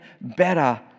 better